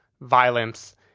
violence